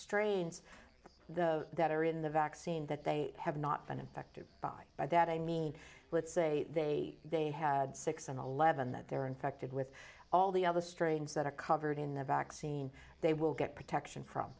s that are in the vaccine that they have not been infected by by that i mean let's say they had six and eleven that they're infected with all the other strains that are covered in the vaccine they will get protection from